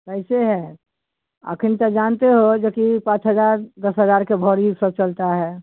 कैसे हैं आखिर का जानते हो जो कि पाँच हजार दस हजार के भरी सब चलता है